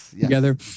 together